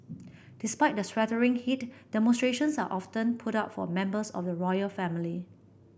despite the sweltering heat demonstrations are often put up for members of the royal family